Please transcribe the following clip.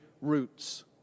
roots